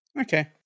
okay